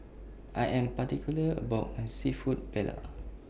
I Am particular about My Seafood Paella